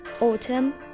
autumn